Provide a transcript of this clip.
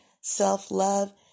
self-love